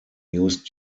used